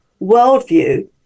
worldview